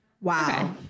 Wow